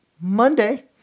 Monday